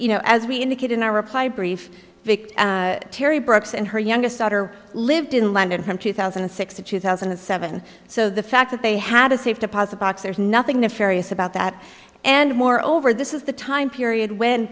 you know as we indicated our reply brief terry brooks and her youngest daughter lived in london from two thousand and six to two thousand and seven so the fact that they had a safe deposit box there's nothing nefarious about that and more over this is the time period when